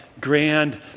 grand